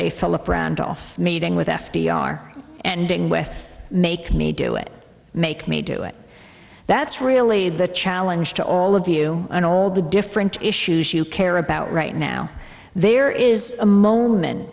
a philip randolph meeting with f d r and being with make me do it make me do it that's really the challenge to all of you and all the different issues you care about right now there is a moment